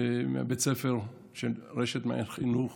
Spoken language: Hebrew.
מבית הספר של רשת מעיין החינוך